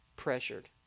pressured